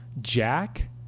Jack